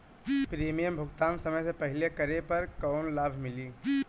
Premium भुगतान समय से पहिले करे पर कौनो लाभ मिली?